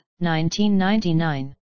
1999